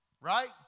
Right